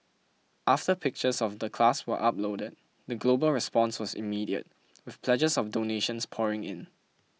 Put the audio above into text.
after pictures of the class were uploaded the global response was immediate with pledges of donations pouring in